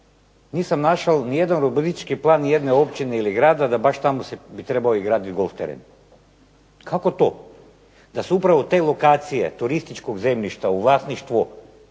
nisam našao ni jedan urbanistički plan ni jedne općine ili grada da baš tamo bi trebali graditi golf terene. Kako to da su upravo te lokacije turističkog zemljišta u vlasništvu